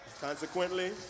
Consequently